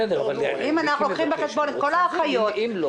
אני עובר למספר פנייה לוועדה: 9000,